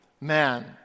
man